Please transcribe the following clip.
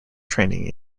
training